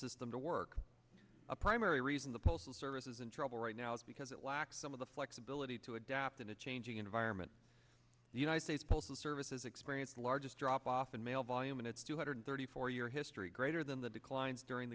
system to work a primary reason the postal service is in trouble right now is because it lacks some of the flexibility to adapt in a changing environment the united states postal service has experienced the largest drop off in mail volume in its two hundred thirty four year history greater than the declines during